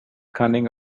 cunning